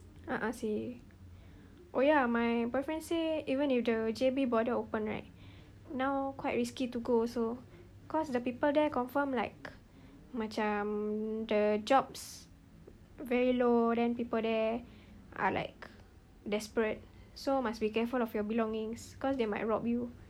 a'ah seh oh ya my boyfriend say even if the J_B border open right now quite risky to go also cause the people there confirm like macam the jobs very low then people there are like desperate so must be careful of your belongings cause they might rob you